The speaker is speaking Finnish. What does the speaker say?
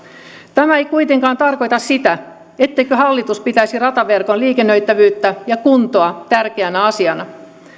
tämä ei kuitenkaan tarkoita sitä etteikö hallitus pitäisi rataverkon liikennöitävyyttä ja kuntoa tärkeänä asiana